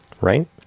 Right